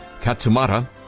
Katsumara